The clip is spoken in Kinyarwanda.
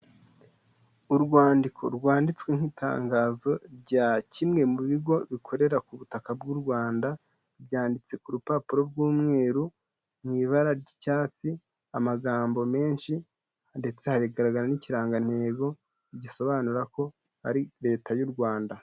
Urwandiko rwanditswe nk'itangazo rya kimwe mu bigo bikorera ku butaka bw'u Rwanda, byanditse ku rupapuro rw'umweru, mu ibara ry'icyatsi, amagambo menshi ndetse hagaragara n'ikirangantego gisobanura ko ari Leta y'u Rwanda.